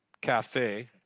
cafe